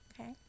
Okay